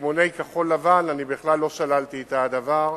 בסימוני כחול-לבן, בכלל לא שללתי את הדבר.